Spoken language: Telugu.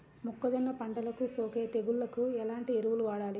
మొక్కజొన్న పంటలకు సోకే తెగుళ్లకు ఎలాంటి ఎరువులు వాడాలి?